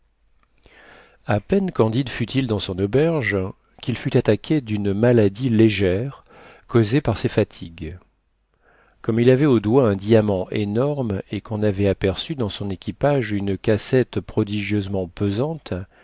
a peine candide fut-il dans son auberge qu'il fut attaqué d'une maladie légère causée par ses fatigues comme il avait au doigt un diamant énorme et qu'on avait aperçu dans son équipage une cassette prodigieusement pesante